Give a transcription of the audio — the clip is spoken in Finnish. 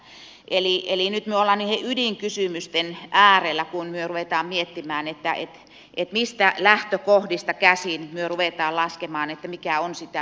nyt me olemme niiden ydinkysymysten äärellä kun me rupeamme miettimään mistä lähtökohdista käsin me rupeamme laskemaan mikä on sekä